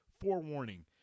forewarning